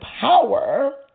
power